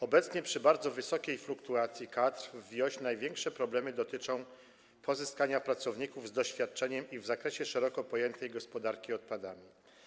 Obecnie przy bardzo wysokiej fluktuacji kadr w WIOŚ największe problemy dotyczą pozyskania pracowników z doświadczeniem w zakresie szeroko pojętej gospodarki odpadami.